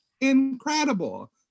incredible